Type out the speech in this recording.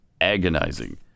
Agonizing